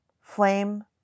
Flame